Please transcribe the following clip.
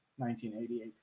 1988